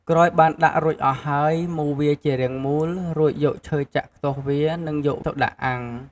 ក្រោយបានដាក់រួចអស់ហើយ មូរវាជារាងមូល រួចយកឈើចាក់ខ្ទាស់វានិងយកទៅដាក់អាំង។